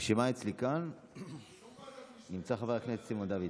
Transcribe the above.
ברשימה אצלי כאן נמצא חבר הכנסת סימון דוידסון.